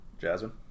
Jasmine